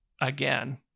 again